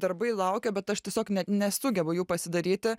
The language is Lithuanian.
darbai laukia bet aš tiesiog net nesugebu jų pasidaryti